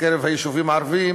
בקרב היישובים הערביים,